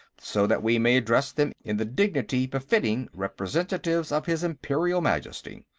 so that we may address them in the dignity befitting representatives of his imperial majesty.